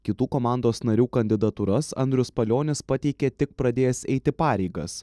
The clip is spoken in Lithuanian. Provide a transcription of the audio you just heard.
kitų komandos narių kandidatūras andrius palionis pateikė tik pradėjęs eiti pareigas